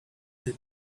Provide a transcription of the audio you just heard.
that